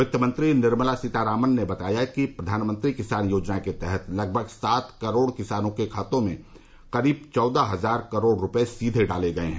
वित्त मंत्री निर्मला सीतारामन ने बताया कि प्रधानमंत्री किसान योजना के तहत लगभग सात करोड़ किसानों के खातों में करीब चौदह हजार करोड़ रुपये सीधे डाले गए हैं